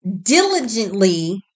diligently